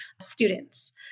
students